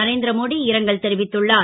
நரேந் ரமோடி இரங்கல் தெரிவித்துள்ளார்